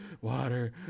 water